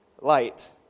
light